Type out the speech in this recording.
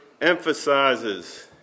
emphasizes